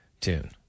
tune